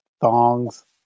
thongs